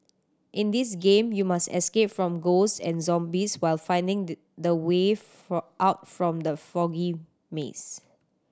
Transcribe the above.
in this game you must escape from ghosts and zombies while finding the the way for out from the foggy maze